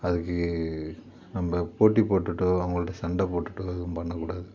அதுக்கு நம்ப போட்டி போட்டுட்டோ அவங்கள்ட்ட சண்டை போட்டுட்டோ எதுவும் பண்ணக் கூடாது